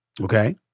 Okay